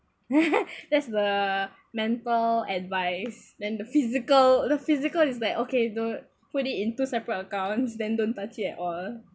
that's the mental advice then the physical the physical is that okay to put it into separate account then don't touch it at all